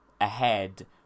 ahead